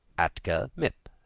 atka mip